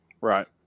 Right